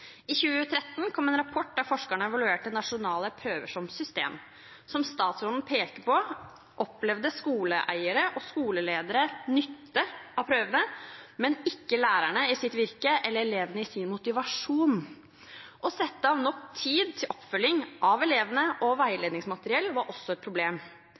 I 2013 kom en rapport der forskerne evaluerte nasjonale prøver som system. Som statsråden pekte på, opplevde skoleeiere og skoleledere nytte av prøvene, men ikke lærerne i sitt virke eller elevene i sin motivasjon. Å sette av nok tid til oppfølging av elevene og veiledningsmateriell var også et problem.